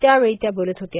त्यावेळी त्या बोलत होत्या